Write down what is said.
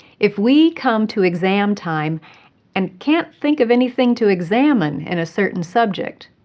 if we come to exam time and can't think of anything to examine in a certain subject,